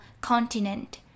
continent